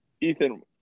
Ethan